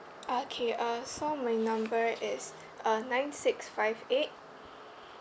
okay uh so my number is uh nine six five eight